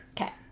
Okay